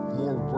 more